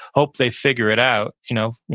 hope they figure it out you know